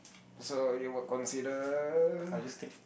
so you will consider